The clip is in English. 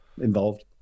involved